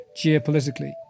geopolitically